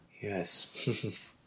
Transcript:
Yes